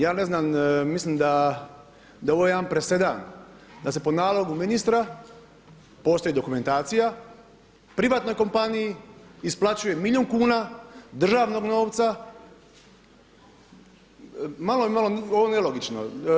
Ja ne znam mislim da je ovo jedan presedan da se po nalogu ministra, postoji dokumentacija, privatnoj kompaniji isplaćuje milijun kuna državnog novca, malo je ovo nelogično.